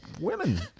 women